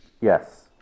Yes